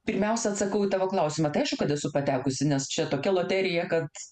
pirmiausia atsakau į tavo klausimą tai aišku kad esu patekusi nes čia tokia loterija kad